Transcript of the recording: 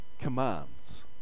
commands